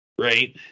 right